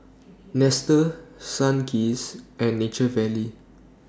Nestle Sunkist and Nature Valley